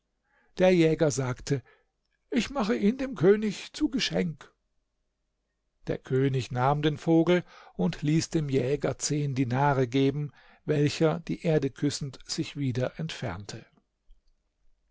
der jäger sagte ich mache ihn dem könig zu geschenk der könig nahm den vogel und ließ dem jäger zehn dinare geben welcher die erde küssend sich wieder entfernte